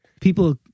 people